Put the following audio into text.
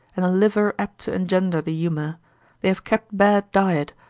and a liver apt to engender the humour they have kept bad diet,